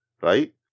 right